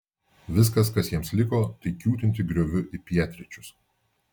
viskas kas jiems liko tai kiūtinti grioviu į pietryčius